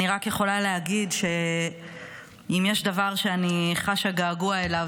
אני רק יכולה להגיד שאם יש דבר שאני חשה געגוע אליו,